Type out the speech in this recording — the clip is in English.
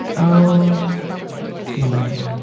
o lord